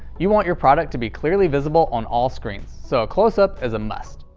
you want your product to be clearly visible on all screens, so a closeup is a must.